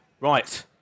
right